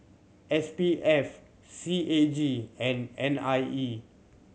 S P F C A G and N I E